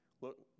look